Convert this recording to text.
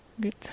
Good